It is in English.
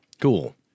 Cool